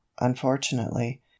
unfortunately